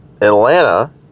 Atlanta